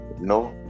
No